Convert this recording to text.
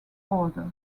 order